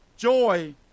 joy